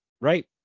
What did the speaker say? Right